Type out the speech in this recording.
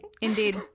Indeed